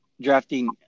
drafting